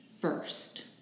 first